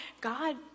God